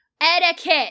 etiquette